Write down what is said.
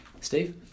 Steve